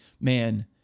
man